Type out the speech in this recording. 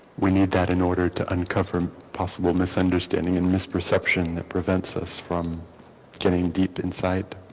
we need that in order to uncover possible misunderstanding and misperception that prevents us from getting deep insight